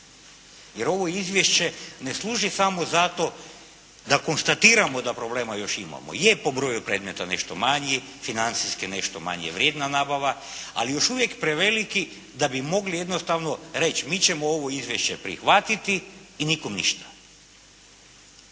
jer ovo izvješće ne služi samo za to da konstatiramo da problema još imamo. Je po broju predmeta nešto manji, financijski nešto manje vrijedna nabava ali još uvijek preveliki da bi mogli jednostavno reći mi ćemo ovo izvješće prihvatiti i nikom ništa.